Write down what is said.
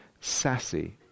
sassy